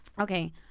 Okay